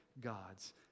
God's